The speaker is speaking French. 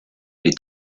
est